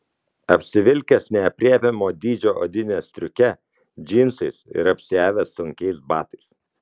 apsivilkęs neaprėpiamo dydžio odine stiuke džinsais ir apsiavęs sunkiais batais